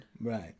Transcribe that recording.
Right